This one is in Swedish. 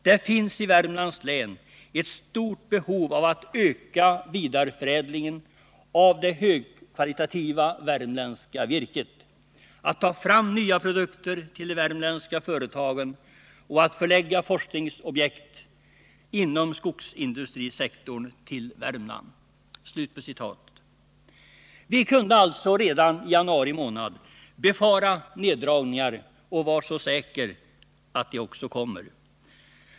Det finns i Värmlands län ett stort behov av att öka vidareförädlingen av det högkvalitativa värmländska virket, att ta fram nya produkter till de värmländska företagen och att förlägga forskningsprojekt inom skogsindustrisektorn till Värmland.” Vi kunde alltså redan i januari månad befara neddragningar, och var så säker att de också kommer.